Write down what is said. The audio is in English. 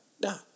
da